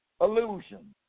illusion